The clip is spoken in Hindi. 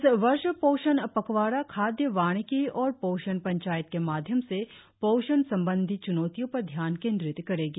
इस वर्ष पोषण पखवाड़ा खाद़य वानिकी और पोषण पंचायत के माध्यम से पोषण संबंधी च्नौतियो पर ध्यान केंद्रित करेगी